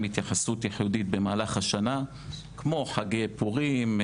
התייחסות ייחודית במהלך השנה כמו חגי פורים,